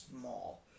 small